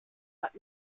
but